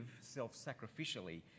self-sacrificially